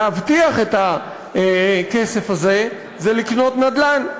להבטיח את הכסף הזה היא לקנות נדל"ן.